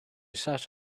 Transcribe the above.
sat